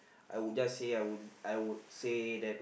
I would just say I would I would say that